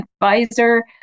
advisor